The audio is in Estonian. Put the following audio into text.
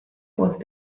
poolt